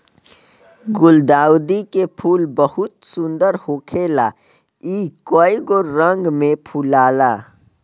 गुलदाउदी के फूल बहुत सुंदर होखेला इ कइगो रंग में फुलाला